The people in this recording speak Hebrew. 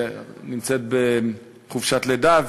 שנמצאת בחופשת לידה,